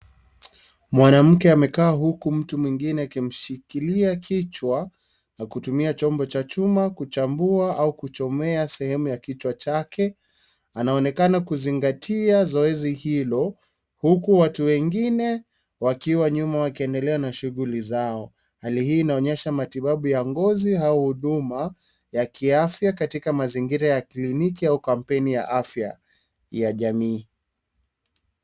Mwanamke amekaa huku mtu mwingine akishikilia kichwa, na kutumia chombo cha chuma kuchambua au kuchomea sehemu ya kichwa chake, anaonekana kuzingatia zoezi hilo, huku watu wengine wakiwa nyuma wakiendelea na shughuli zao. Hali hii inaonyesha matibabu ya ngozi, au huduma ya kiafya katika mazingira ya kliniki au kampeni ya kiafya ya jamii.